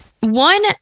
one